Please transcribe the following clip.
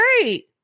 great